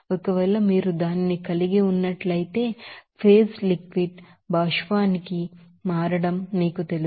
ఒకవేళ మీరు దానిని కలిగి ఉన్నట్లయితే ఫేజ్ లిక్విడ్ భాష్పానికి మారడం మీకు తెలుసు